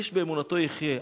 איש באמונתו יחיה,